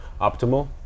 optimal